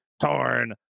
torn